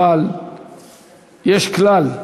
אבל יש כלל: